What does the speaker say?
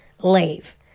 Leave